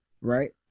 right